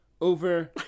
over